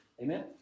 amen